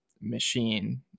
machine